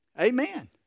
Amen